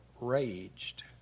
raged